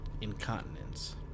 incontinence